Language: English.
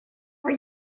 are